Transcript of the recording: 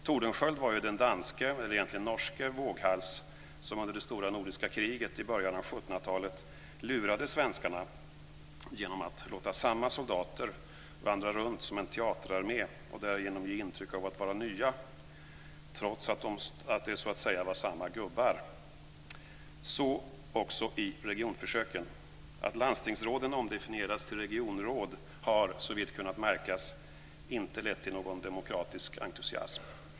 Tordenskjold var ju den danske, eller egentligen norske, våghals som under det stora nordiska kriget i början av 1700-talet lurade svenskarna genom att låta samma soldater vandra runt som en teaterarmé och därigenom ge intryck av att vara nya, trots att det var samma gubbar. Så är det också i regionförsöken. Att landstingsråden omdefinierats till regionråd har, såvitt kunnat märkas, inte lett till någon demokratisk entusiasm.